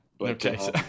Okay